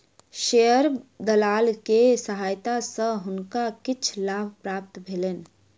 share दलाल के सहायता सॅ हुनका किछ लाभ प्राप्त भेलैन